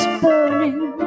burning